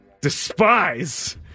Despise